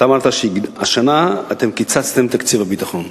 אתה אמרת שהשנה קיצצתם את תקציב הביטחון.